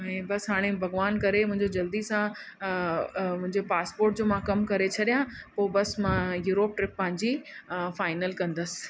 ऐं बसि हाणे भगवान करे मुंहिंजो जल्दी सां मुंहिंजे पासपोट जो मां कमु करे छॾिया पोइ बसि मां यूरोप ट्रिप पंहिंजी फ़ाइनल कंदसि